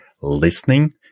listening